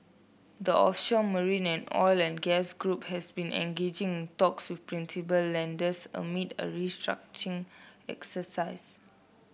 the offshore marine and oil and gas group has been engaging in talks with principal lenders amid a restructuring exercise